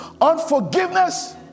Unforgiveness